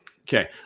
Okay